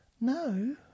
No